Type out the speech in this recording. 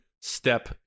step